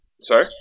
Sorry